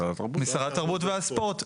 משרד התרבות והספורט.